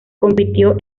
compitió